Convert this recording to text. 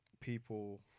people